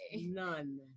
None